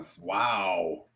Wow